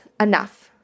Enough